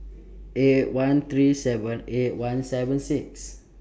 eight one three seven eight one seven six